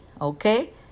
Okay